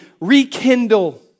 rekindle